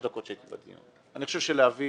אני חושב שלהביא